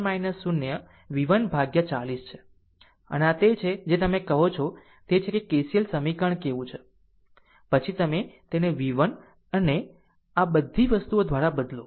આમ આ તે છે જે તમે કહો છો તે જ છે કે જેને KCL સમીકરણ કહેવું છે પછી તમે તેને v 1 અને આ બધી વસ્તુઓ દ્વારા બદલો